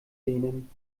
denen